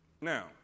Now